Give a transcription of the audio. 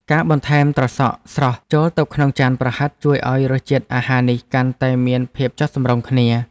ការបន្ថែមត្រសក់ស្រស់ចូលទៅក្នុងចានប្រហិតជួយឱ្យរសជាតិអាហារនេះកាន់តែមានភាពចុះសម្រុងគ្នា។